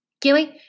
Gilly